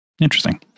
interesting